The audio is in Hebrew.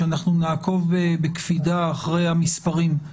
שאנחנו נעקוב בקפידה אחרי המספרים.